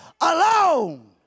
alone